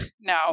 No